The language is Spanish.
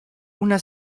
una